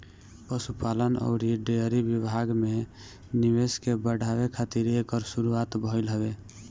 पशुपालन अउरी डेयरी विभाग में निवेश के बढ़ावे खातिर एकर शुरुआत भइल हवे